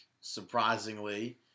surprisingly